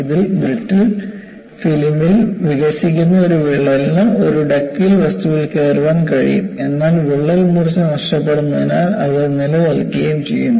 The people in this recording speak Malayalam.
ഇതിൽ ബ്രിട്ടിൽ ഫിലിമിൽ വികസിക്കുന്ന ഒരു വിള്ളലിന് ഒരു ഡക്ടൈൽ വസ്തുവിൽ കേറാൻ കഴിയുകയും എന്നാൽ വിള്ളൽ മൂർച്ച നഷ്ടപ്പെടുന്നതിനാൽ അത് നിൽക്കുകയും ചെയ്യുന്നു